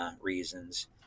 reasons